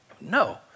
No